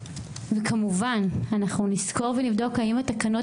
וכמובן אנחנו נסקור ונבדוק האם תקנות